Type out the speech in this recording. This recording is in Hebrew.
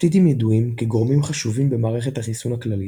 פפטידים ידועים כגורמים חשובים במערכת החיסון הכללית,